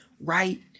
right